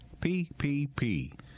PPP